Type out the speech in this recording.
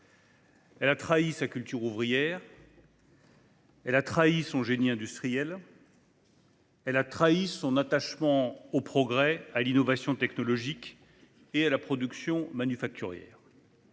Elle a trahi sa culture ouvrière, elle a trahi son génie industriel, elle a trahi son attachement au progrès, à l'innovation technologique et à la production manufacturière.